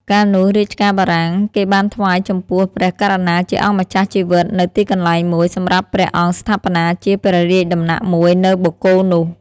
កាលនោះ រាជការបារាំង គេបានថ្វាយចំពោះព្រះករុណាជាអម្ចាស់ជីវិត នូវទីកន្លែងមួយ សម្រាប់ព្រះអង្គស្ថាបនាជាព្រះរាជដំណាក់មួយនៅបូកគោនោះ ។